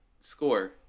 score